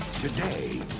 Today